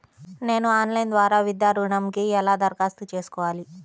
నేను ఆన్లైన్ ద్వారా విద్యా ఋణంకి ఎలా దరఖాస్తు చేసుకోవాలి?